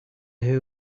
who